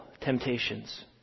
temptations